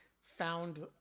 found